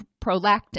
prolactin